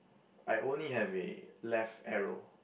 I only have a left arrow